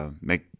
make